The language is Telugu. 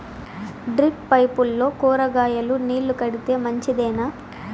డ్రిప్ పైపుల్లో కూరగాయలు నీళ్లు కడితే మంచిదేనా?